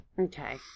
Okay